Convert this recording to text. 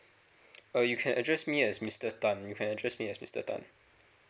uh you can address me as mister tan you can address me as mister tan